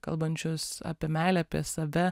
kalbančius apie meilę apie save